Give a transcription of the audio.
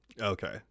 Okay